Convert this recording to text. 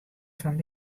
fan